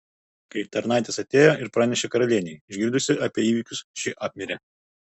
kai tarnaitės atėjo ir pranešė karalienei išgirdusi apie įvykius ši apmirė